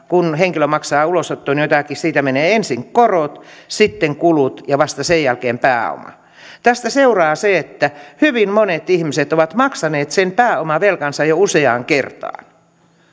kun henkilö maksaa ulosottoon jotakin siitä menee ensin korot sitten kulut ja vasta sen jälkeen pääoma tästä seuraa se että hyvin monet ihmiset ovat maksaneet sen pääomavelkansa jo useaan kertaan